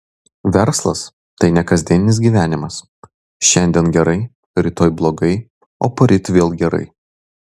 verslas tai ne kasdieninis gyvenimas šiandien gerai rytoj blogai o poryt vėl gerai